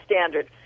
standard